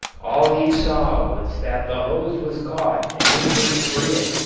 all he saw was that the hose was caught and he couldn't free it,